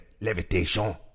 Levitation